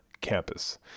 campus